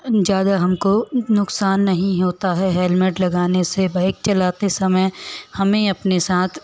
ज़्यादा हमको नुक़सान नहीं होता है हेलमेट लगाने से बाइक चलाते समय हमें अपने साथ